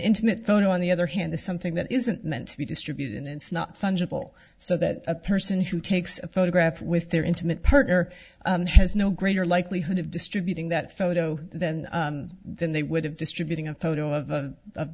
intimate photo on the other hand the something that isn't meant to be distributed and it's not fungible so that a person who takes a photograph with their intimate partner has no greater likelihood of distributing that photo than they would have distributing a photo of